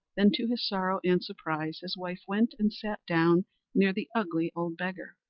than to his sorrow and surprise, his wife went and sat down near the ugly old beggar.